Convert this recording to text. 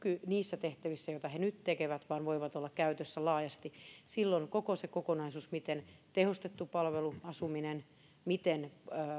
niissä tehtävissä joita he nyt tekevät voi olla käytössä laajasti silloin koko se kokonaisuus miten tehostettu palveluasuminen miten